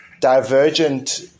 divergent